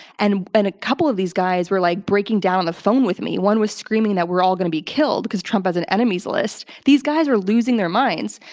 and a couple of these guys were like breaking down on the phone with me. one was screaming that we're all going to be killed because trump has an enemies list. these guys were losing their minds.